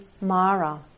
Mara